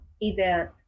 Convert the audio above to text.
event